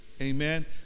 Amen